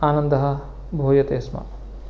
आनन्दः भूयते स्म